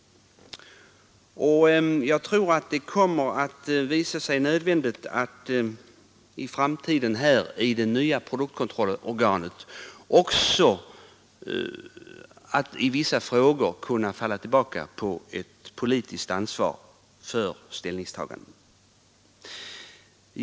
Jag tror att det i framtiden kommer att visa sig nödvändigt att också det nya produktkontrollorganet i vissa frågor kan falla tillbaka på ett politiskt ansvar för ställningstagandet.